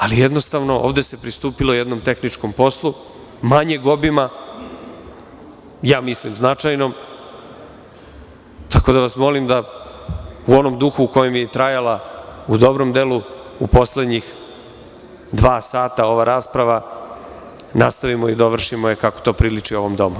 Ali, jednostavno ovde se pristupilo jednom tehničkom poslu, manjeg obima, mislim značajnom, tako da vas molim da u onom duhu u kojem je trajala u dobrom delu u poslednjih dva sata ova rasprava nastavimo i dovršimo je kako to priliči ovom domu.